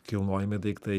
kilnojami daiktai